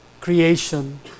creation